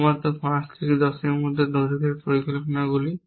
শুধুমাত্র 5 থেকে 10 এর মতো দৈর্ঘ্যের পরিকল্পনাগুলি